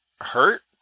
hurt